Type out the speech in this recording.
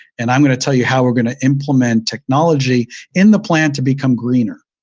and i'm going to tell you how we're going to implement technology in the plant to become greener,